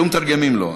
היו מתרגמים לו.